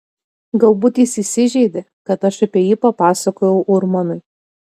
galbūt jis įsižeidė kad aš apie jį papasakojau urmanui